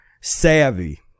savvy